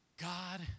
God